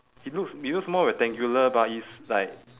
it looks it looks more rectangular but it's like